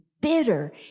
bitter